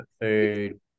food